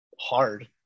hard